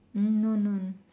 hmm no no